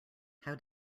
how